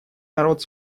народ